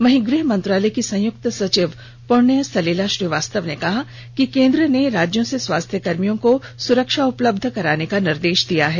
वहीं गृह मंत्रालय की संयुक्त सचिव पृण्य सलिला श्रीवास्तव ने कहा कि केंद्र ने राज्यों से स्वास्थ्यकर्मियों को सुरक्षा उपलब्ध कराने का निर्देष दिया है